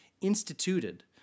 instituted